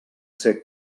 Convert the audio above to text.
ser